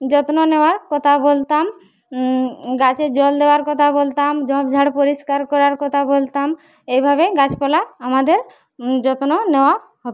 যত্ন নেওয়ার কথা বলতাম গাছে জল দেওয়ার কথা বলতাম ঝোপ ঝাড় পরিষ্কার করার কথা বলতাম এভাবে গাছপালা আমাদের যত্ন নেওয়া হত